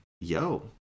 yo